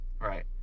Right